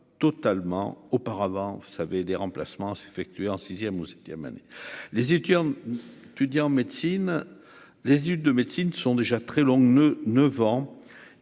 totalement auparavant vous savez des remplacements effectués en 6ème ou 7ème année les étudiants tu dis en médecine, les études de médecine sont déjà très longue ne ne ans